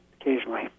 occasionally